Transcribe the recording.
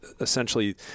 essentially